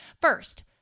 First